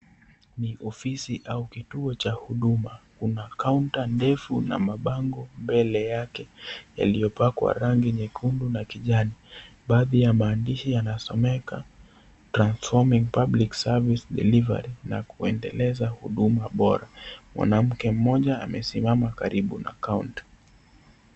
Ni ofisi au kituo cha huduma. Kuna kaunta ndefu na mabango mbele yake yaliyopakwa rangi nyekundu na kijani. Baadhi ya maandishi yanasomeka transforming cs public service delivery na kuendeleza huduma bora. Mwanamke mmoja amesimama karibu na kaunti.